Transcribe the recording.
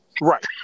Right